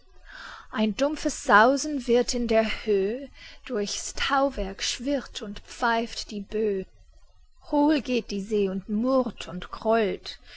ein dumpfes sausen wird in der höh durchs tauwerk schwirrt und pfeift die bö hohl geht die see und murrt und